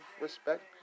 respect